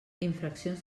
infraccions